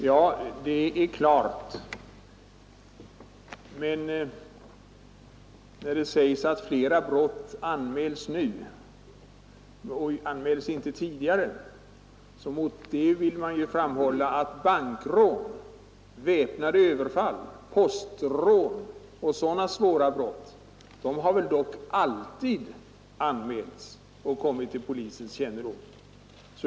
Ja, det är klart, men när det sägs att det nu anmäls flera brott som inte anmäldes tidigare, vill jag framhålla att bankrån, väpnade överfall, postrån och liknande svåra brott väl alltid har anmälts och kommit till polisens kännedom.